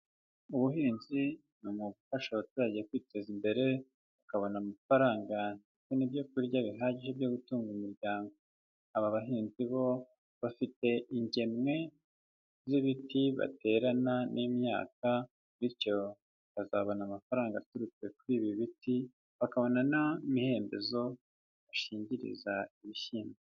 Ubuhinzi ni umwuga ufasha abaturage kwiteza imbere bakabona amafaranga ndetse n'ibyo kurya bihagije byo gutunga umuryango, aba bahinzi bo bafite ingemwe z'ibiti baterana n'imyaka, bityo bakazabona amafaranga aturutse kuri ibi biti, bakabona na n'imihembezo bashingiriza ibishyimbo.